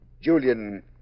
Julian